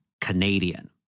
Canadian